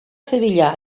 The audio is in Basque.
zibila